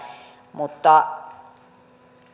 mutta